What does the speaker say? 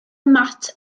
mat